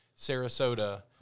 Sarasota